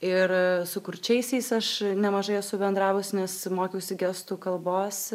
ir su kurčiaisiais aš nemažai esu bendravusi nes mokiausi gestų kalbos